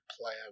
plan